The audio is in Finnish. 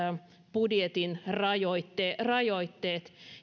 budjetin rajoitteista